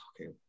okay